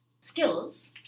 skills